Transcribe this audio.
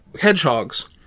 hedgehogs